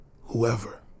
whoever